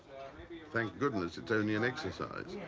thank goodness it's only an exercise.